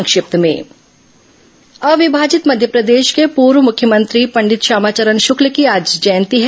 संक्षिप्त समाचार अविभाजित मध्यप्रदेश के पूर्व मुख्यमंत्री पंडित श्यामाचरण शुक्ल की आज जयंती है